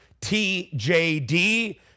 TJD